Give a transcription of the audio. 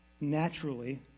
naturally